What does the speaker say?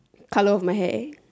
colour of my hair